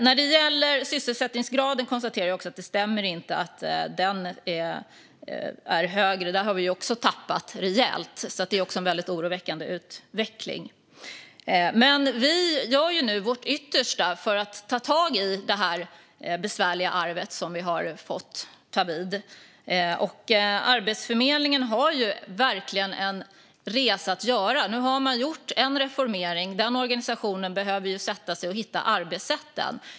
När det gäller sysselsättningsgraden konstaterar jag att det inte stämmer att den är högre. Där har vi också tappat rejält. Det är en väldigt oroväckande utveckling. Vi gör nu vårt yttersta för att ta tag i det besvärliga arv som vi har fått ta vid med. Arbetsförmedlingen har verkligen en resa att göra. Nu har man gjort en reformering. Den organisationen behöver sätta sig och hitta arbetssätten.